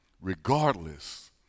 regardless